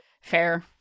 Fair